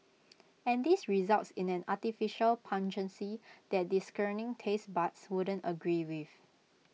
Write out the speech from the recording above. and this results in an artificial pungency that discerning taste buds wouldn't agree with